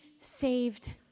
saved